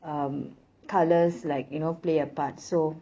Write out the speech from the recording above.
um colours like you know play a part so